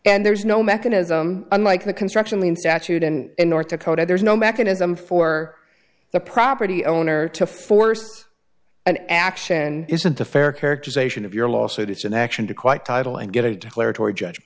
and there's no mechanism unlike the construction lien statute and north dakota there's no mechanism for the property owner to force an action isn't a fair characterization of your lawsuit it's an action to quite title and get it to hurt or judge